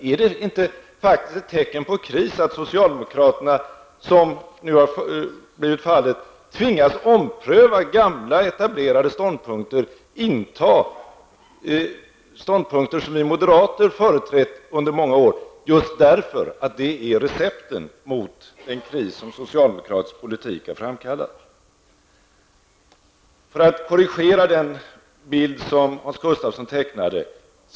Är det inte ett tecken på kris att socialdemokraterna, som nu är fallet, tvingas ompröva gamla etablerade ståndpunkter och inta ståndpunkter som vi moderater företrätt under många år, just därför att dessa är recepten mot den kris som socialdemokratisk politik har framkallat? För att korrigera den bild som Hans Gustafsson tecknade vill jag nämna följande.